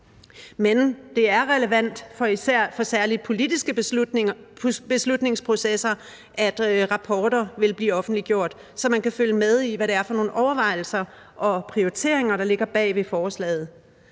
men det er relevant for særlig politiske beslutningsprocesser, at rapporter bliver offentliggjort, så man kan følge med i, hvad det er for nogle overvejelser og prioriteringer, der ligger bag et givent forslag.